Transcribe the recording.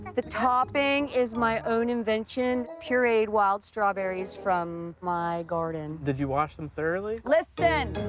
the topping is my own invention pureed wild strawberries from my garden. did you wash them thoroughly? listen.